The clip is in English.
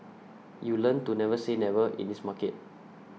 you learn to never say never in this market